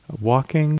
Walking